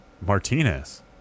Martinez